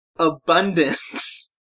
Abundance